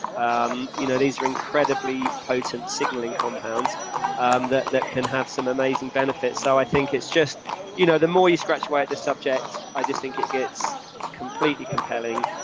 um you know these are incredibly potent signaling compounds um that that can have some amazing benefits so i think it's just you know the more you scratch away at the subject, i just think it gets completely compelling,